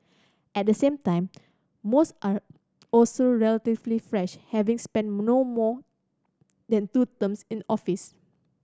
at the same time most are also relatively fresh having spent no more than two terms in office